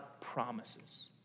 promises